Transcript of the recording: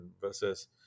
versus